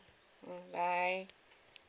mm bye